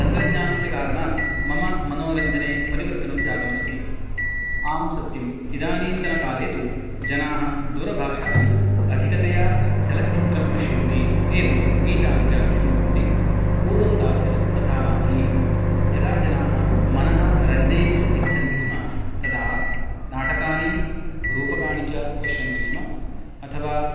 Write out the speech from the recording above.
तन्त्रज्ञानस्य कारणात् मम मनोरञ्जने परिवर्तनं जातम् अस्ति आम् सत्यम् इदानीन्तन काले तु जनाः दूरभाषासु अधिकतया चलच्चित्रं पश्यन्ति एवं गीतानि च श्रुण्वन्ति पूर्वं तावत् तथा नासीत् यदा जनाः मनः रञ्जयितुम् इच्छन्ति स्म तदा नाटकानि रूपकाणि च पश्यन्ति स्म अथवा